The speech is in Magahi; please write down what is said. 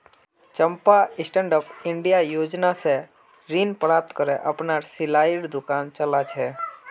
चंपा स्टैंडअप इंडिया योजना स ऋण प्राप्त करे अपनार सिलाईर दुकान चला छ